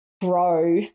grow